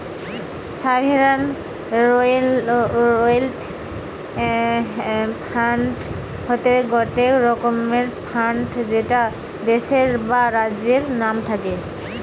sovereign wealth fund হতিছে গটে রকমের ফান্ড যেটা দেশের বা রাজ্যের নাম থাকে